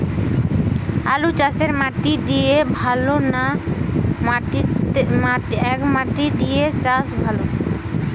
আলুচাষে মাটি দিলে ভালো না একমাটি দিয়ে চাষ ভালো?